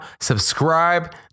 subscribe